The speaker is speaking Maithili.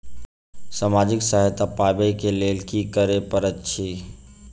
सामाजिक सहायता पाबै केँ लेल की करऽ पड़तै छी?